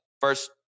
first